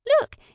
look